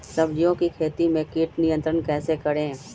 सब्जियों की खेती में कीट नियंत्रण कैसे करें?